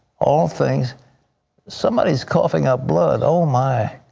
all things somebody is coughing up blood. oh, my.